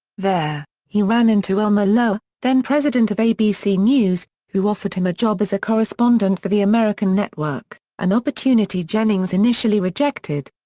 there, he ran into elmer lower, then president of abc news, who offered him a job as a correspondent for the american network, an opportunity jennings initially rejected.